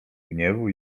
gniewu